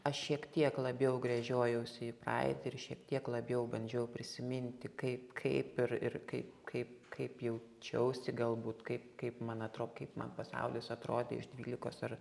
aš šiek tiek labiau gręžiojausi į praeitį ir šiek tiek labiau bandžiau prisiminti kaip kaip ir ir kaip kaip kaip jaučiausi galbūt kaip kaip man atro kaip man pasaulis atrodė iš dvylikos ar